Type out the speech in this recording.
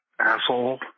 Asshole